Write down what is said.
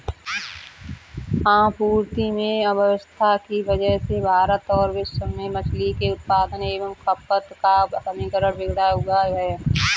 आपूर्ति में अव्यवस्था की वजह से भारत और विश्व में मछली के उत्पादन एवं खपत का समीकरण बिगड़ा हुआ है